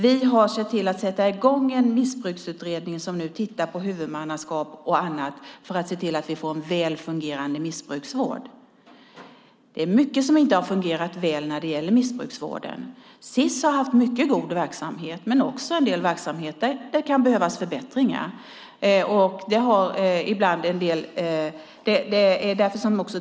Vi har satt i gång en missbruksutredning som tittar på huvudmannaskap för att se till att vi får en väl fungerande missbrukarvård. Det är mycket som inte har fungerat väl när det gäller missbrukarvården. Sis har haft mycket god verksamhet, men också en del verksamhet där det kan behövas förbättringar.